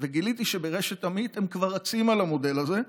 וגיליתי שברשת אמית הם כבר רצים על המודל הזה,